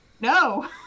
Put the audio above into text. No